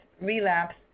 relapse